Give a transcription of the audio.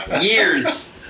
Years